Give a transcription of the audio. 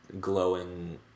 glowing